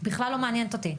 בכלל לא מעניינת אותי,